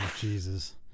Jesus